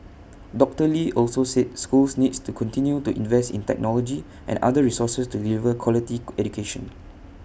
doctor lee also said schools need to continue to invest in technology and other resources to deliver quality education